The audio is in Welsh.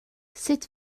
sut